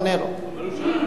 שאל אותי.